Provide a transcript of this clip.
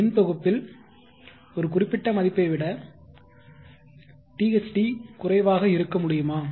மின்தொகுப்பில் ஒரு குறிப்பிட்ட மதிப்பை விட THD குறைவாக இருக்க முடியுமா